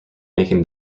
making